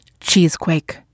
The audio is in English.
Cheesequake